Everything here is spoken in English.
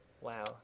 Wow